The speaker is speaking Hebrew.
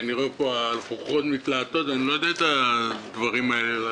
אני רואה שהרוחות מתלהטות ואני לא יודע לעשות את הדברים הללו.